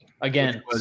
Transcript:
Again